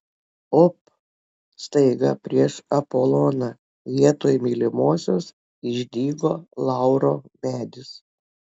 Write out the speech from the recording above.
op staiga prieš apoloną vietoj mylimosios išdygo lauro medis